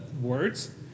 words